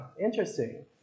Interesting